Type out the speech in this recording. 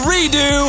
Redo